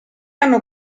hanno